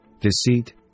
deceit